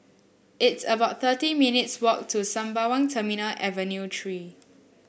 it's about thirty minutes' walk to Sembawang Terminal Avenue Three